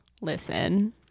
Listen